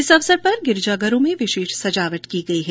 इस अवसर पर गिरजा घरों में विशेष सजावट की गयी है